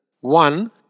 One